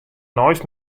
neist